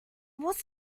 was